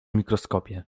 mikroskopie